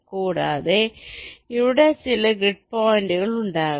കൂടാതെ ഇവിടെ ചില ഗ്രിഡ് പോയിന്റുകൾ ഉണ്ടാകാം